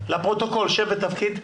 לפרוטוקול שם ותפקיד.